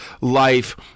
life